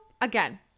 Again